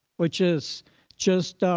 which is just